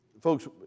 folks